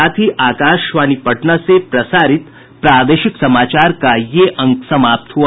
इसके साथ ही आकाशवाणी पटना से प्रसारित प्रादेशिक समाचार का ये अंक समाप्त हुआ